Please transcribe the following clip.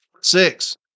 six